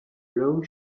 blow